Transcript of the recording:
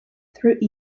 through